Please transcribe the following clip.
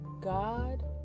God